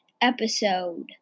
episode